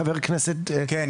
חבר הכנסת, כן?